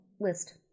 list